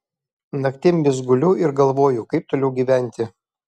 naktim vis guliu ir galvoju kaip toliau gyventi